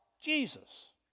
Jesus